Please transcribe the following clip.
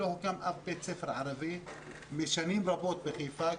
לא הוקם אף בית ספר ערבי מזה שנים רבות בחיפה.